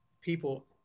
people